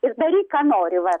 ir daryk ką nori vat